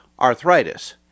arthritis